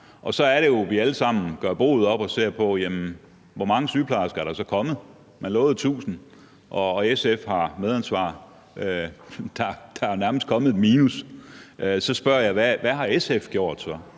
og så er det jo, vi alle sammen gør boet op og ser på, hvor mange sygeplejersker der så er kommet. Man lovede 1.000 – og SF har et medansvar – og der er jo nærmest kommet et minus. Så spørger jeg: Hvad har SF gjort?